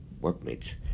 workmates